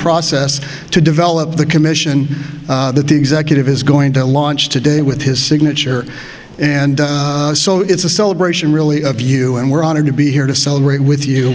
process to develop the commission that the executive is going to launch today with his signature and so it's a celebration really of you and we're honored to be here to celebrate with you